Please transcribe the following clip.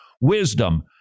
wisdom